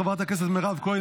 חברת הכנסת מירב כהן,